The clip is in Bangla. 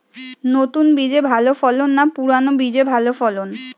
নতুন বীজে ভালো ফলন না পুরানো বীজে ভালো ফলন?